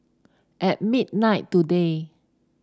at midnight today